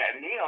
Neil